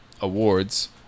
awards